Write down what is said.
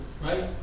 right